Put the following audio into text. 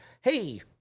Hey